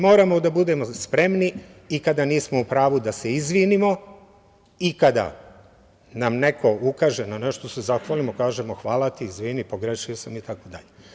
Moramo da budemo spremni, i kada nismo u pravu da se izvinimo, i kada nam neko ukaže na nešto se zahvalimo, kažemo – hvala ti, izvini, pogrešio sam itd.